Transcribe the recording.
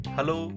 Hello